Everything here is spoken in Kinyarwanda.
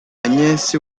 agnès